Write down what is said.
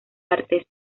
arte